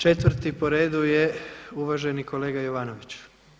Četvrti po redu je uvaženi kolega Jovanović.